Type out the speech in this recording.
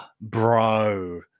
Bro